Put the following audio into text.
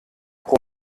pro